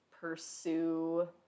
pursue